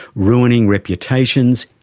ruining reputations,